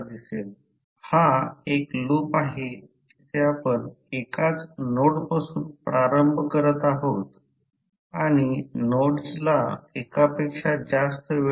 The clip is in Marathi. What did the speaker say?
पुढे करंटची दिशा उलटी करत आहे म्हणून ते या भागावर येईल जेथे H मूल्य मिळेल ते निगेटिव्ह असेल आणि या ठिकाणी फ्लक्स डेन्सिटी B ही 0 असेल